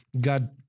God